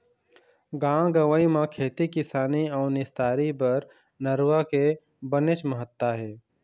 गाँव गंवई म खेती किसानी अउ निस्तारी बर नरूवा के बनेच महत्ता हे